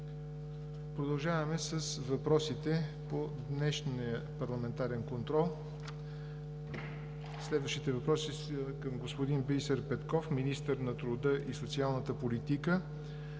Продължаваме с въпросите по днешния парламентарен контрол. Следващите въпроси са към господин Бисер Петков – министър на труда и социалната политика,